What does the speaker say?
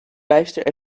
bijster